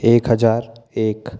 एक हज़ार एक